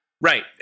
Right